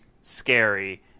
scary